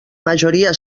majoria